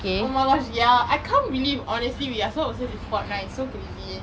oh my gosh ya I can't believe honestly we are so obsessed with Fortnite so crazy